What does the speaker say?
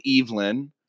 Evelyn